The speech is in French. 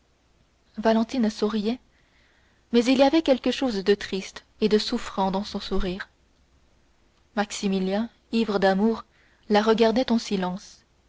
valentine souriait mais il y avait quelque chose de triste et de souffrant dans son sourire maximilien ivre d'amour la regardait en silence